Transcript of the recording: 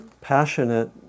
passionate